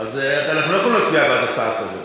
אז אנחנו לא יכולים להצביע בעד הצעה כזאת.